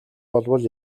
болбол